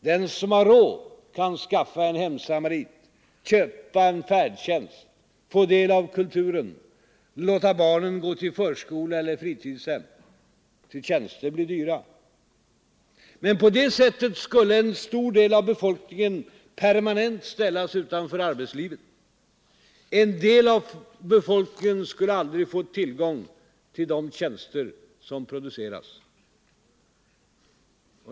Den som har råd kan skaffa en hemsamarit, köpa färdtjänster, få del av kulturen, låta barnen gå till förskola eller fritidshem. Ty tjänster blir dyra. Men på det sättet skulle en del av befolkningen permanent ställas utanför arbetslivet. En del av befolkningen skulle aldrig få tillgång till de tjänster som produceras.